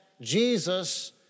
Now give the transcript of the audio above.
Jesus